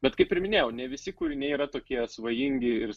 bet kaip ir minėjau ne visi kūriniai yra tokie svajingi ir